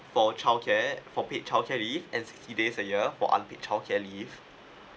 for childcare for paid childcare leave and sixty days a year for unpaid childcare leave